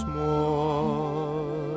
more